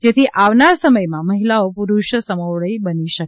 જેથી આવનાર સમયમાં મહિલાઓ પુરૂષ સમોવડી બની શકે